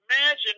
imagine